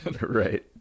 Right